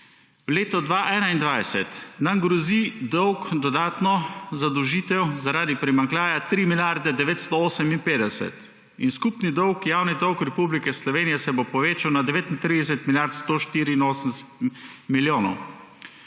Leto 2021 nam grozi dolg dodatno zadolžitev, zaradi primanjkljaja 3 milijarde 958 in skupni dolg, javni dolg Republike Slovenije se bo povečal na 39 milijard 184 milijonov.